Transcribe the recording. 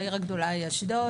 העיר הגדולה היא אשדוד.